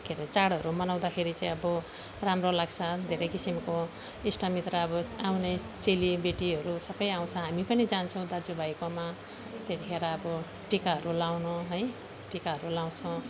के अरे चाडहरू मनाउँदाखेरि चाहिँ अब राम्रो लाग्छ धेरै किसिमको इष्टमित्र अब आउने चेलीबेटीहरू सबै आउँछ हामी पनि जान्छौँ दाजुभाइकोमा त्यतिखेर अब टिकाहरू लाउनु है टिकाहरू लाउँछौँ